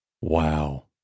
Wow